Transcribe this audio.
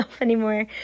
anymore